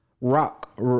Rock